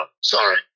sorry